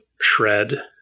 shred